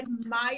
admire